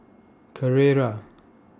Carrera